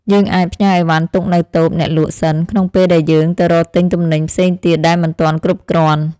យើងអាចផ្ញើអីវ៉ាន់ទុកនៅតូបអ្នកលក់សិនក្នុងពេលដែលយើងទៅរកទិញទំនិញផ្សេងទៀតដែលមិនទាន់គ្រប់គ្រាន់។